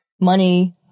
money